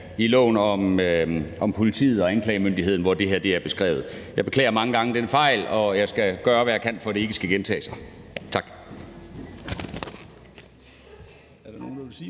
i loven om politiet og anklagemyndigheden, hvor det her er beskrevet. Jeg beklager mange gange den fejl, og jeg skal gøre, hvad jeg kan, for at det ikke skal gentage sig. Tak.